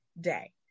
day